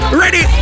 ready